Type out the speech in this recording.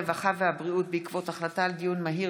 הרווחה והבריאות בעקבות דיון מהיר